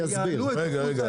רגע.